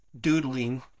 doodling